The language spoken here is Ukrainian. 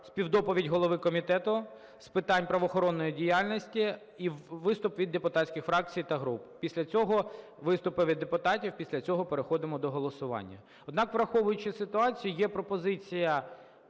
співдоповідь голови Комітету з питань правоохоронної діяльності і виступи від депутатських фракцій та груп, після цього – виступи від депутатів, після цього переходимо до голосування. Однак, враховуючи ситуацію, є пропозиція